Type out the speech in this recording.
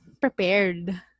prepared